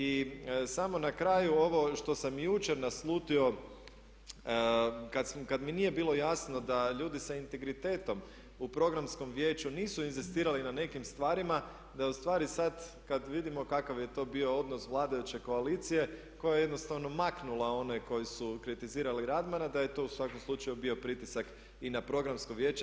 I samo na kraju, ovo što sam i jučer naslutio kad mi nije bilo jasno da ljudi sa integritetom u programskom vijeću nisu inzistirali na nekim stvarima da je ustvari sad kad vidimo kakav je to bio odnos vladajuće koalicije koja je jednostavno maknula one koji su kritizirali Radmana da je to u svakom slučaju bio pritisak i na programsko vijeće.